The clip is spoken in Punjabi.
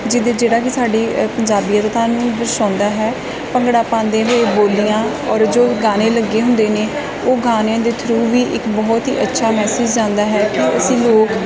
ਜਿਹਦੇ ਜਿਹੜਾ ਕਿ ਸਾਡੀ ਪੰਜਾਬੀਅਤ ਨੂੰ ਦਰਸਾਉਂਦਾ ਹੈ ਭੰਗੜਾ ਪਾਉਂਦੇ ਹੋਏ ਬੋਲੀਆਂ ਔਰ ਜੋ ਗਾਣੇ ਲੱਗੇ ਹੁੰਦੇ ਨੇ ਉਹ ਗਾਣਿਆਂ ਦੇ ਥਰੂ ਵੀ ਇੱਕ ਬਹੁਤ ਹੀ ਅੱਛਾ ਮੈਸਜ ਜਾਂਦਾ ਹੈ ਕਿ ਅਸੀਂ ਲੋਕ